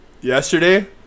yesterday